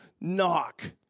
knock